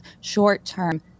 short-term